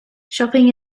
shopping